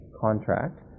contract